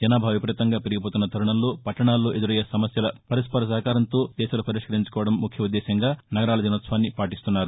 జనాభా విపరీతంగా పెరిగిపోతున్న తరుణంలో పట్టణాల్లో ఎదురయ్యే సమస్యలను పరస్పర సహకారంతో దేశాలు పరిష్కరించుకోవడం ముఖ్య ఉద్దేశ్యంగా నగరాల దినోత్సవాన్ని పాటిస్తున్నారు